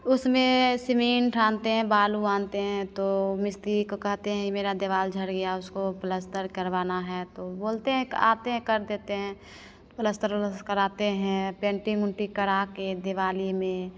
उसमें सीमेंट आनते हैं बालू आनते हैं तो मिस्त्री को कहते हैं ये मेरा दिवाल झड़ गया उसको पलस्तर करवाना है तो बोलते हैं कि आते हैं कर देते हैं पलस्तर उलस कराते हैं पेंटिंग उंटिंग करा कर दिवाली में